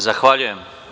Zahvaljujem.